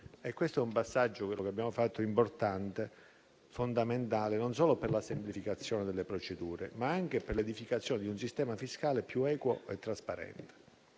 Questo è un passaggio importante, fondamentale, non solo per la semplificazione delle procedure, ma anche per l'edificazione di un sistema fiscale più equo e trasparente.